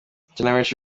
ikinamico